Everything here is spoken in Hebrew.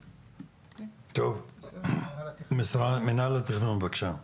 טוב, מינהל התכנון, בבקשה.